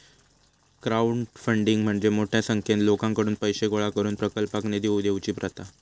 crowdfunding म्हणजे मोठ्या संख्येन लोकांकडुन पैशे गोळा करून प्रकल्पाक निधी देवची प्रथा